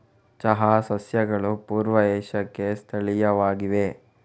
ಚಹಾ ಸಸ್ಯಗಳು ಪೂರ್ವ ಏಷ್ಯಾಕ್ಕೆ ಸ್ಥಳೀಯವಾಗಿವೆ